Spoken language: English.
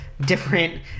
different